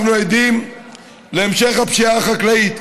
אנחנו עדים להמשך הפשיעה החקלאית.